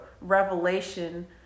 revelation